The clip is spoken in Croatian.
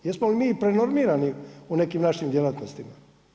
Jesmo li mi prenormirani u nekim našim djelatnostima?